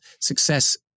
success